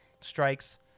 strikes